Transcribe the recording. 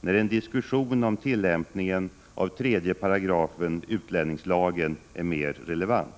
när en diskussion om tillämpningen av 3 § utlänningslagen är mer relevant.